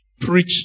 Preach